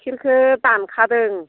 टिकेटखौ दानखादों